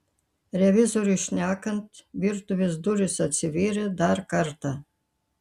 revizoriui šnekant virtuvės durys atsivėrė dar kartą